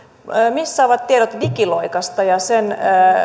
missä ovat tiedot digiloikasta ja sen